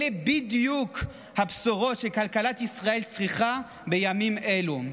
אלה בדיוק הבשורות שכלכלת ישראל צריכה בימים אלו.